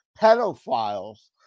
pedophiles